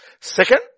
Second